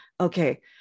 okay